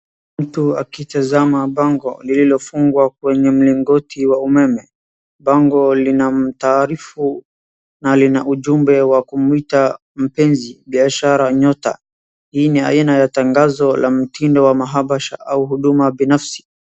Mtu akitazama bango lililofungwa kwenye mlingoti wa umeme. Bango lina taarifu na lina ujumbe wa kumuita mpenzi, biashara, nyota. Hii ni aina ya tangazo la mtindo wa mahabasha au huduma binafsi.